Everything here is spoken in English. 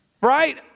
right